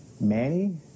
Manny